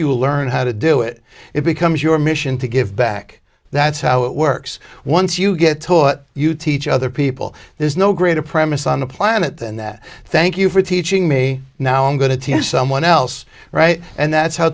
you learn how to do it it becomes your mission to give back that's how it works once you get taught you teach other people there's no greater premise on the planet than that thank you for teaching me now i'm going to teach someone else right and that's how